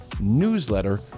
newsletter